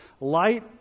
Light